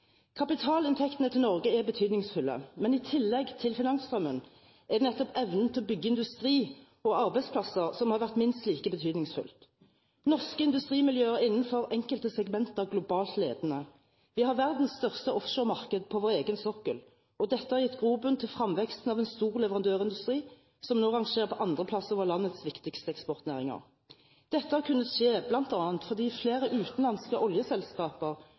Kapitalinntektene til Norge er betydningsfulle, men i tillegg til finansstrømmen er det nettopp evnen til å bygge industri og arbeidsplasser som har vært minst like betydningsfullt. Norske industrimiljøer er innenfor enkelte segmenter globalt ledende. Vi har verdens største offshoremarked på vår egen sokkel, og dette har gitt grobunn til fremveksten av en stor leverandørindustri, som nå rangerer på andreplass over landets viktigste eksportnæringer. Dette har kunnet skje bl.a. fordi flere utenlandske oljeselskaper